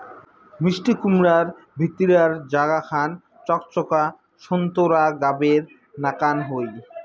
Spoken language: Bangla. মিষ্টিকুমড়ার ভিতিরার জাগা খান চকচকা সোন্তোরা গাবের নাকান হই